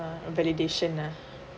uh validation lah